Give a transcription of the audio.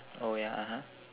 oh ya (uh huh)